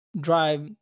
drive